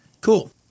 Cool